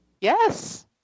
Yes